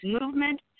movement